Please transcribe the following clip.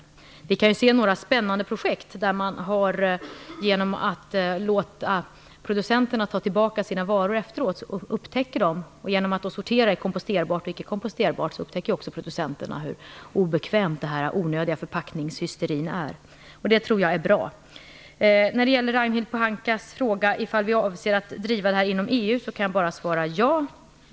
Vi kan se några spännande projekt. Genom att man låter producenterna ta tillbaka sina varor och sortera i komposterbart och icke komposterbart hoppas man att de skall upptäcka hur obekväma och onödiga förpackningar denna hysteri leder till. Det tror jag är bra. När det gäller Ragnhild Pohankas fråga ifall vi avser att driva detta inom EU kan jag bara svara ja.